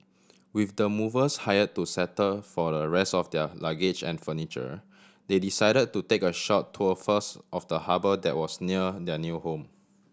with the movers hire to settle for the rest of their luggage and furniture they decide to take a short tour first of the harbour that was near their new home